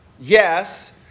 Yes